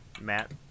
Matt